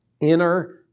inner